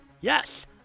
Yes